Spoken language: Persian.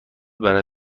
برای